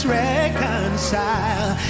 reconcile